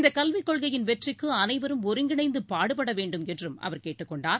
இந்தகல்விக் கொள்கையின் வெற்றிக்குஅனைவரும் ஒருங்கிணைந்தபாடுபடவேண்டும் என்றும் அவர் கேட்டுக் கொண்டார்